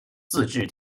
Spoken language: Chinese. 自治